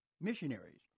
missionaries